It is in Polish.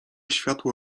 światło